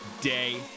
day